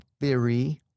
theory